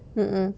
mm mm